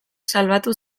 salbatu